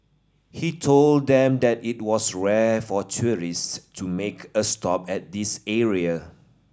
he told them that it was rare for tourist to make a stop at this area